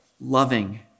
loving